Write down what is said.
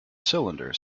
cylinder